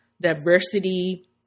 diversity